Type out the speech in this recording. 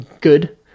good